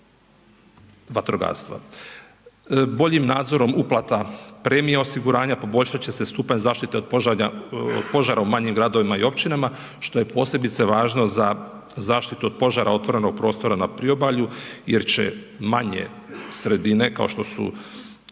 Boljim nadzorom uplata premija osiguranja poboljšat će se stupanj zaštite od požara u manjim gradovima i općinama, što je posebice važno za zaštitu od požara otvorenog prostora na priobalju jer će manje sredine kao što su